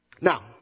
Now